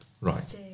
Right